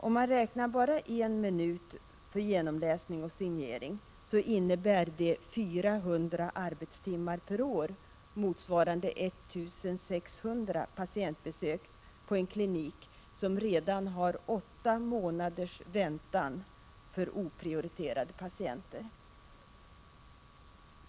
Om man beräknar en minut för genomläsning och signering, innebär det 400 arbetstimmar per år, motsvarande 1 600 patientbesök på en klinik som redan har åtta månaders väntan för oprioriterade patienter.